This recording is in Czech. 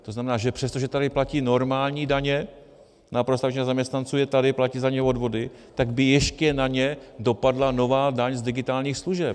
To znamená, přestože tady platí normální daně, naprostá většina zaměstnanců je tady, platí za ně odvody, tak by ještě na ně dopadla nová daň z digitálních služeb.